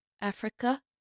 Africa